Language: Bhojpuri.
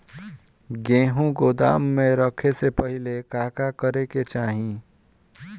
गेहु गोदाम मे रखे से पहिले का का करे के चाही?